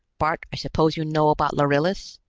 bart, i suppose you know about lharillis.